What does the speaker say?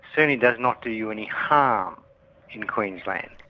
certainly does not do you any harm in queensland.